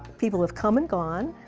people have come and gone.